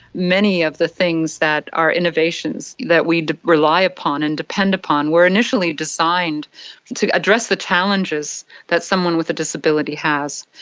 many of the things that are innovations that we rely upon and depend upon were initially designed to address the challenges that someone with a disability has.